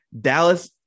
Dallas